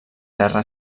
terra